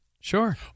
Sure